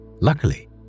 Luckily